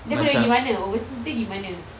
dia boleh pergi mana overseas dia pergi mana